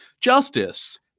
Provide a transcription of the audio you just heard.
Justice